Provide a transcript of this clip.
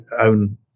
own